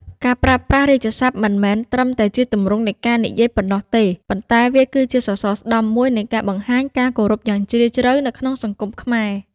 ការប្រើប្រាស់រាជសព្ទមិនមែនត្រឹមតែជាទម្រង់នៃការនិយាយប៉ុណ្ណោះទេ ប៉ុន្តែវាគឺជាសសរស្តម្ភមួយនៃការបង្ហាញការគោរពយ៉ាងជ្រាលជ្រៅនៅក្នុងសង្គមខ្មែរ។